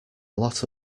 lot